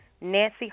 Nancy